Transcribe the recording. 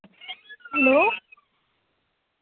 hello